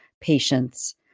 patients